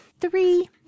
three